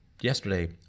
yesterday